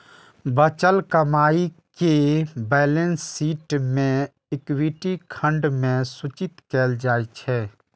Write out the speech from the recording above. बचल कमाइ कें बैलेंस शीट मे इक्विटी खंड मे सूचित कैल जाइ छै